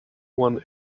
one